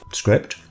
script